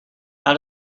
how